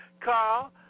Carl